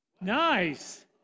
nice